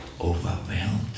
overwhelmed